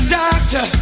doctor